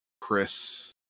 Chris